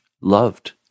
loved